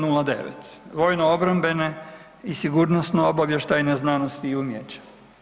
09, vojno obrambene i sigurnosno obavještajne znanosti i umijeća.